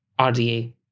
RDA